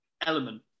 element